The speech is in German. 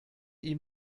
ihm